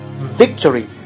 Victory